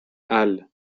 الروز